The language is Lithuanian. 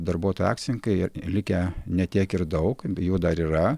darbuotojai akcininkai likę ne tiek ir daug jų dar yra